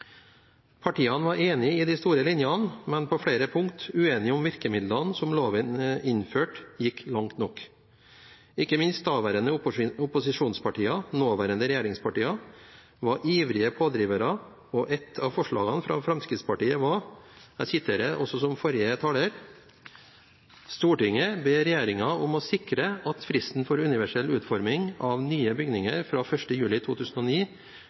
Partiene var enige om de store linjene, men på flere punkter uenige om hvorvidt virkemidlene som loven innførte, gikk langt nok. Ikke minst daværende opposisjonspartier, nåværende regjeringspartier, var ivrige pådrivere, og et av forslagene fra bl.a. Fremskrittspartiet var, som forrige taler sa: «Stortinget ber Regjeringen om å sikre at fristen for universell utforming av nye bygninger fra 1. juli 2009